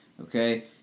Okay